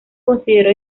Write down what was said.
consideró